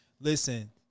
Listen